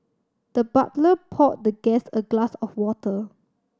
the butler poured the guest a glass of water